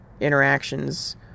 interactions